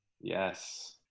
Yes